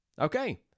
Okay